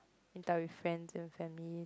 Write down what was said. meet up with friends and families